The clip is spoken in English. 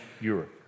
Europe